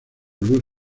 luis